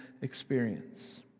experience